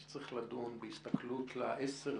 שצריך לדון בהסתכלות ל-10,